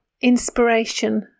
inspiration